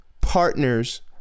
partners